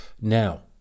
Now